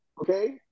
Okay